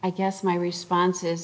i guess my response